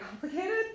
complicated